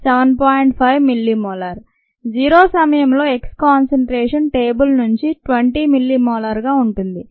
5 millimolar 0 సమయంలో X concentration table నుంచి 20 మిల్లీమోలార్గా ఉంటుంది